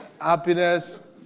Happiness